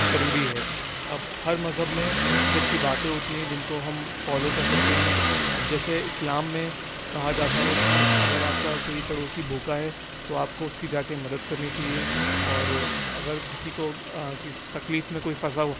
ضروری ہے اب ہر مذہب میں اچھی اچھی باتیں ہوتی ہے جن کو ہم فالو کر سکتے ہیں اب جیسے اسلام میں کہا جاتا ہے کہ اگر آپ کا کوئی پڑوسی بھوکا ہے تو آپ کو اس کی جا کے مدد کرنی چاہیے اور اگر کسی کو تکلیف میں کوئی پھنسا